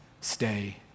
stay